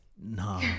No